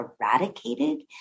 eradicated